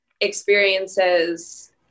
experiences